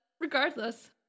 regardless